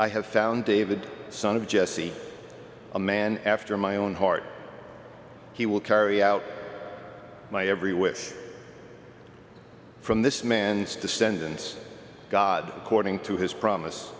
i have found david son of jesse a man after my own heart he will carry out my every wish from this man's descendants god according to his promise